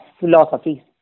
philosophies